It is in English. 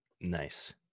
nice